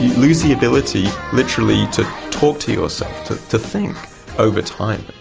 lose the ability, literally, to talk to yourself, to to think over time.